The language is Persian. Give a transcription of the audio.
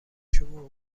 شما